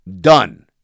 Done